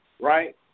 right